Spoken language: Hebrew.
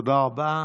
תודה רבה.